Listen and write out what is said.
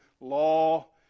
law